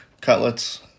cutlets